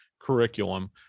curriculum